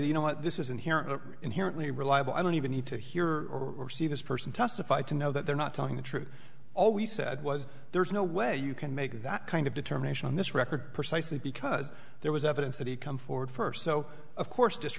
you know this is inherently inherently reliable i don't even need to hear or see this person testify to know that they're not telling the truth all we said was there's no way you can make that kind of determination on this record precisely because there was evidence that he come forward first so of course